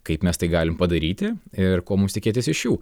kaip mes tai galim padaryti ir ko mums tikėtis iš jų